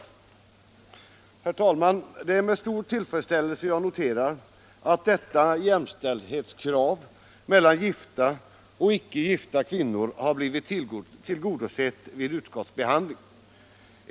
Ändringar i Herr talman! Det är med stor tillfredsställelse jag noterar att detta = medborgarskapslajämställdhetskrav mellan gifta och icke gifta kvinnor har blivit tillgo — gen dosett vid utskottsbehandlingen.